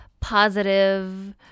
positive